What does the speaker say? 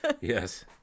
Yes